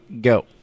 go